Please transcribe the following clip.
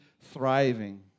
thriving